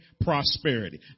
prosperity